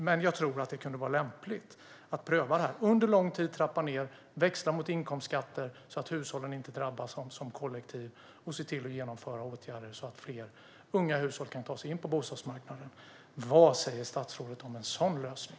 Men jag tror att det skulle vara lämpligt att pröva att under lång tid trappa ned och växla mot inkomstskatter, så att inte hushållen drabbas som kollektiv, och att se till att genomföra åtgärder så att fler unga kan ta sig in på bostadsmarknaden. Vad säger statsrådet om en sådan lösning?